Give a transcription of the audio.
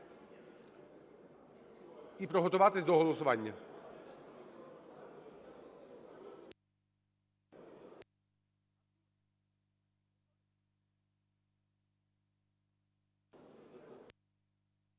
і приготуватися до голосування.